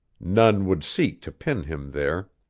none would seek to pin him there.